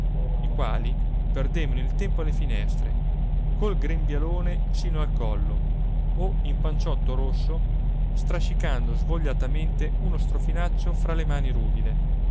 i quali perdevano il tempo alle finestre col grembialone sino al collo o in panciotto rosso strascicando svogliatamente uno strofinaccio fra le mani ruvide